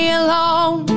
alone